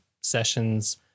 sessions